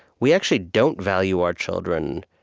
we actually don't value our children